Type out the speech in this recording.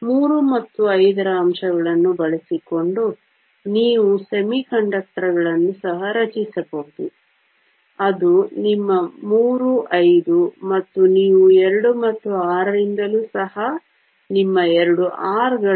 3 ಮತ್ತು 5 ರ ಅಂಶಗಳನ್ನು ಬಳಸಿಕೊಂಡು ನೀವು ಅರೆವಾಹಕಗಳನ್ನು ಸಹ ರಚಿಸಬಹುದು ಅದು ನಿಮ್ಮ ಮೂರು ಐದು ಮತ್ತು ನೀವು 2 ಮತ್ತು 6 ರಿಂದಲೂ ಸಹ ನಿಮ್ಮ ಎರಡು 6 ಗಳು